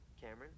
Cameron